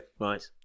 Right